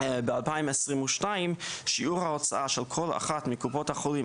ב-2022 שיעור ההוצאה של כל אחת מקופות החולים